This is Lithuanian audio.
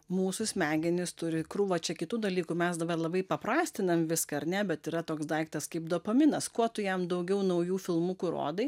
mūsų smegenys turi krūvą čia kitų dalykų mes dabar labai paprastinam viską ar ne bet yra toks daiktas kaip dopaminas kuo tu jam daugiau naujų filmukų rodai